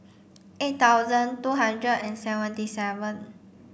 eight thousand two hundred and seventy seven